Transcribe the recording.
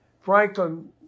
Franklin